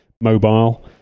mobile